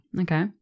Okay